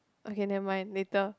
okay never mind later